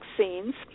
vaccines